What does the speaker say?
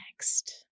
next